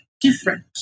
different